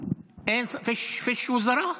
(אומר בערבית: אין שר?)